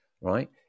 right